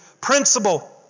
Principle